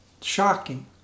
shocking